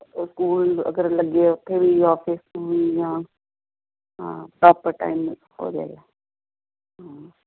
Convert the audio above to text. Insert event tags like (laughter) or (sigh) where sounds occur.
school ਅਗਰ ਲੱਗੇ ਉੱਥੇ ਵੀ ਔਫਿਸ (unintelligible) ਹਾਂ ਪ੍ਰੋਪਰ ਟਾਈਮ ਹੋ ਜਾਏਗਾ ਹਾਂ